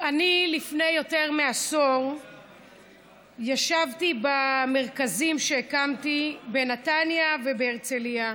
לפני יותר מעשור ישבתי במרכזים שהקמתי בנתניה ובהרצליה.